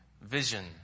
vision